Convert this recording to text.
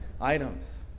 items